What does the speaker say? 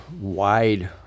wide